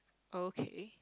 okay